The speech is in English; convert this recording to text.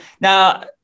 Now